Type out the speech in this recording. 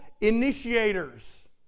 initiators